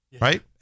Right